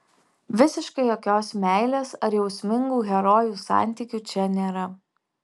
visiškai jokios meilės ar jausmingų herojų santykių čia nėra